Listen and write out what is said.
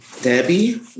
Debbie